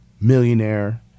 millionaire